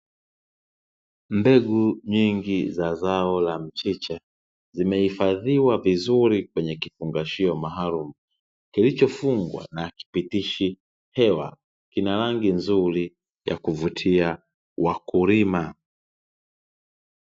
Mbegu nyingi za zao la mchicha zimehifadhiwa vizuri kwenye kifungashio maalumu, kilichofungwa na hakipitishi hewa. Kina rangi nzuri ya kuvutia wakulima.